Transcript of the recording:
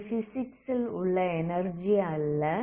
இது பிசிக்ஸ் உள்ள எனர்ஜி அல்ல